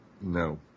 no